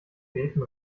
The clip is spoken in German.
beten